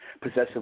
possessive